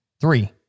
Three